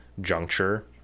juncture